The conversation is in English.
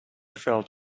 felt